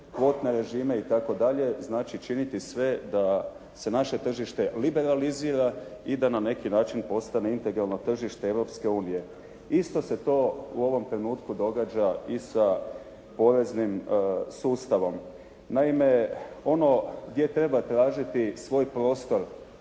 kvotne režime itd. znači činiti sve da se naše tržište liberalizira i da na neki način postane integralno tržište Europske unije. Isto se to u ovom trenutku događa i sa poreznim sustavom. Naime, ono gdje treba tražiti svoj prostor,